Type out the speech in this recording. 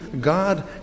God